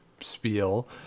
spiel